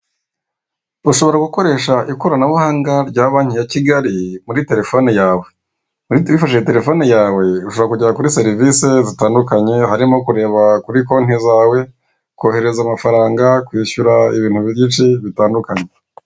Ushobora gukoresha ikoranabuhanga rya banki ya Kigali muri telefone yawe, wifashishije telefone yawe ushobora kujya kuri serivise zitandukanye harimo kureba kuri konti zawe, kohereza amafaranga, kwishyura ibintu byinshi bitandukanye.